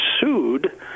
sued